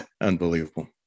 Unbelievable